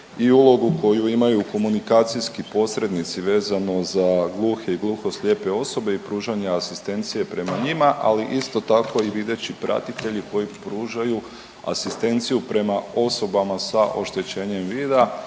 i ulogu koju imaju komunikacijski posrednici vezano za gluhe i gluhoslijepe osobe i pružanje asistencije prema njima, ali isto tako i videći pratitelji koji pružaju asistenciju prema osobama sa oštećenjem vida